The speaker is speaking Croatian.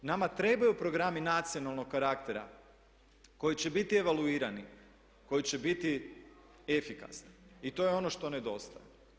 Nama trebaju programi nacionalnog karaktera koji će biti evaluirani, koji će biti efikasni i to je ono što nedostaje.